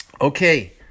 Okay